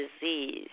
disease